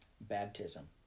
baptism